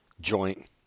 joint